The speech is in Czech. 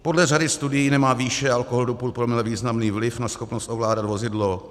Podle řady studií nemá výše alkoholu do půl promile významný vliv na schopnost ovládat vozidlo.